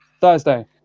Thursday